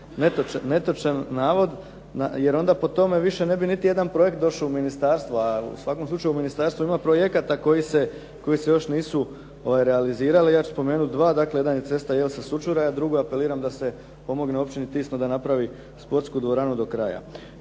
netočan navod jer onda po tome više ne bi niti jedan projekt došao u ministarstvu a u svakom slučaju u ministarstvu ima projekata koji se još nisu realizirali. Evo, ja ću spomenuti dva. Jedan je cesta Jelsa- Šućuraj a druga apeliram da se pomogne općini Tisno da napravi sportsku dvoranu do kraja.